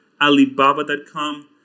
Alibaba.com